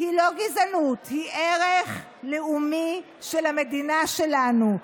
היא לא גזענות, היא ערך לאומי של המדינה שלנו.